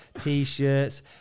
t-shirts